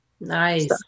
nice